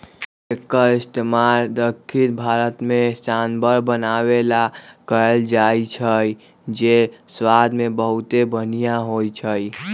एक्कर इस्तेमाल दख्खिन भारत में सांभर बनावे ला कएल जाई छई जे स्वाद मे बहुते बनिहा होई छई